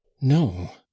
No